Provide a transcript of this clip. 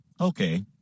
Okay